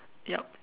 yup